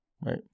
right